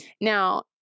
Now